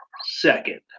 second